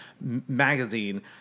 magazine